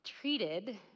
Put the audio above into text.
treated